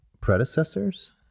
predecessors